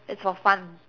it's for fun